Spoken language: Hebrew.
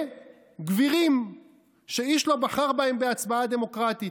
גבירים שאיש לא בחר בהם בהצבעה דמוקרטית.